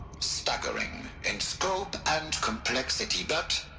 staggering, in scope and complexity, but.